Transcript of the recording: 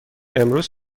امروز